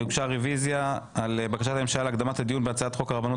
הוגשה רביזיה על בקשת הממשלה להקדמת הדיון בהצעת חוק הרבנות